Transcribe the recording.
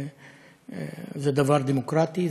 זה דבר דמוקרטי,